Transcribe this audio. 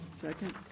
Second